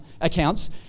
accounts